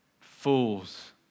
Fools